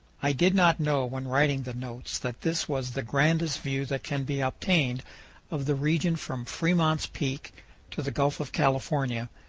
i did not know when writing the notes that this was the grandest view that can be obtained of the region from fremont's peak to the gulf of california,